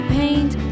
paint